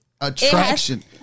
attraction